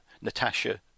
Natasha